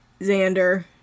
Xander